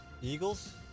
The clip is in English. Eagles